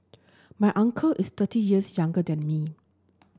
my uncle is thirty years younger than me